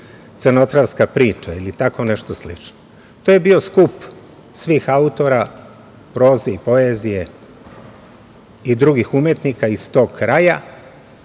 crnotravska priča, ili tako nešto slično. To je bio skup svih autora proze i poezije i drugih umetnika iz tog kraja.